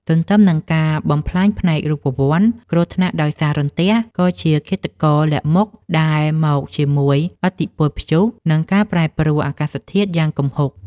ទន្ទឹមនឹងការបំផ្លាញផ្នែករូបវន្ត គ្រោះថ្នាក់ដោយសាររន្ទះ ក៏ជាឃាតករលាក់មុខដែលមកជាមួយឥទ្ធិពលព្យុះ និងការប្រែប្រួលអាកាសធាតុយ៉ាងគំហុក។